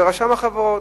ברשם החברות: